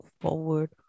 forward